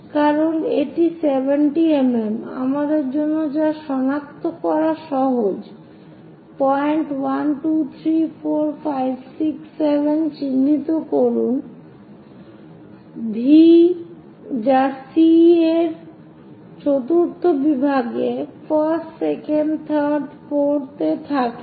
কারণ এটি 70 mm আমাদের জন্য যা সনাক্ত করা সহজ পয়েন্ট 1 2 3 4 5 6 7 চিহ্নিত করুন V যা C এর চতুর্থ বিভাগে 1st 2nd 3rd 4th এ থাকে